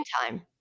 time